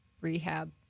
rehab